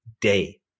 day